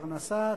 פרנסה,